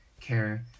care